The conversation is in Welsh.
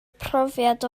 profiad